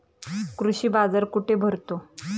कृषी बाजार कुठे भरतो?